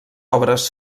obres